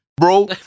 Bro